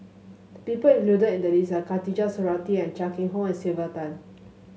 the people included in the list are Khatijah Surattee Chia Keng Hock and Sylvia Tan